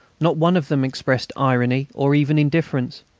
not one of them expressed irony or even indifference.